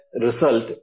result